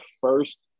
first